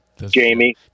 Jamie